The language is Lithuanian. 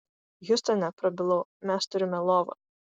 hjustone prabilau mes turime lovą